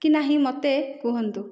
କି ନାହିଁ ମୋତେ କୁହନ୍ତୁ